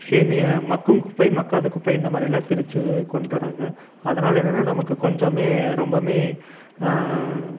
மட்கும் குப்பை மட்காத குப்பை இந்தமாதிரியெல்லாம் பிரித்து கொண்டுட்டு வராங்க அதனால் என்னன்னா நமக்கு கொஞ்சம் ரொம்ப